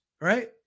Right